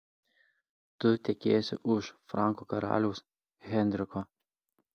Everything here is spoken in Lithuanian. tu tekėsi už frankų karaliaus henriko